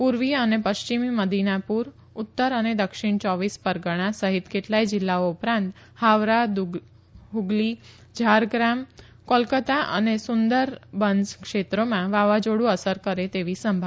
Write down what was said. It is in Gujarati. પૂર્વીય અને પશ્ચિમી મીદનાપુર ઉત્તર અને દક્ષિણ યોવિસ પરગણા સહિત કેટલાય જિલ્લાઓ ઉપરાંત હાવરા દુગલી ઝારગ્રામ કોલકાતા અને સુંદરલન્સ ક્ષેત્રોમાં વાવાઝોડું અસર કરે તેવી સંભાવના છે